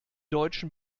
deutschen